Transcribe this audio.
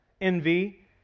envy